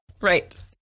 Right